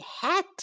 hat